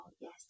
yes